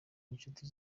n’inshuti